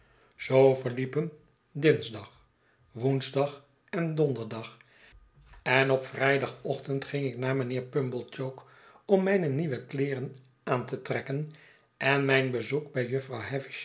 zoo verliepen dinsdag woensdag en donderdag en op vrijdagochtend ging ik naar mijnheer pumblechook om mijne nieuwe kleeren aan te trekken en mijn bezoek bij jufvrouw